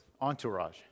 entourage